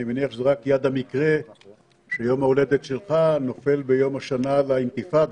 אני מניח שזו רק יד המקרה שיום הולדת שלך נופל ביום השנה לאינתיפאדה